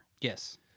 Yes